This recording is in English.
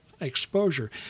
exposure